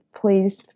Please